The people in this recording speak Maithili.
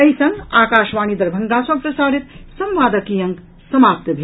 एहि संग आकाशवाणी दरभंगा सँ प्रसारित संवादक ई अंक समाप्त भेल